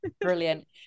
Brilliant